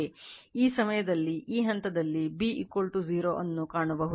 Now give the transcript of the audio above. ಈ ಸಮಯದಲ್ಲಿ ಈ ಹಂತದಲ್ಲಿ B 0 ಅನ್ನು ಕಾಣಬಹುದು